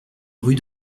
rue